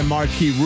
Marquee